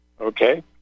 Okay